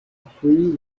free